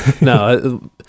no